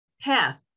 path